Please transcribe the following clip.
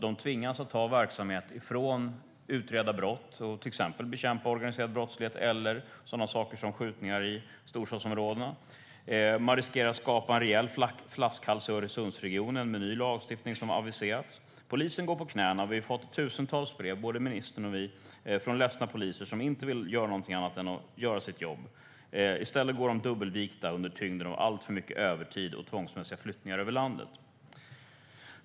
De tvingas att ta från verksamhet att utreda brott och till exempel bekämpa organiserad brottlighet eller sådana saker som skjutningar i storstadsområdena. Man riskerar att skapa en rejäl flaskhals i Öresundsregionen med ny lagstiftning som aviserats. Polisen går på knäna. Vi har fått tusentals brev, både ministern och vi, från ledsna poliser som inte vill göra någonting annat än att göra sitt jobb. I stället går de dubbelvikta under tyngden av alltför mycket övertid och tvångsmässiga flyttningar över landet.